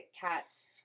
cats